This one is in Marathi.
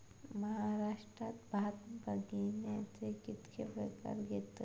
महाराष्ट्रात भात बियाण्याचे कीतके प्रकार घेतत?